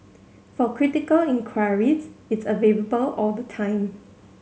for critical inquiries it's all the time